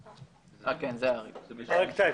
העסק.